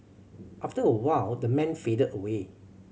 after a while the man faded away